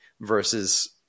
versus